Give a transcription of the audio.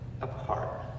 apart